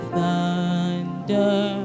Thunder